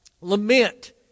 Lament